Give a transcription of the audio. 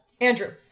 Andrew